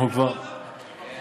נו, אז תסכים לוועדה.